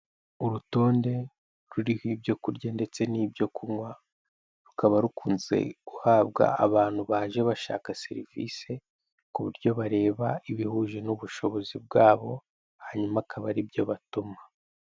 Urutonde ruriho ibyo kurya ndetse n'ibyo kunywa, rukaba rukunze guhabwa abantu baje bashaka serivise, ku buryo bareba ibihuje n'ubushobozi bwabo, hanyuma akaba ari byo batuma.